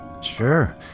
Sure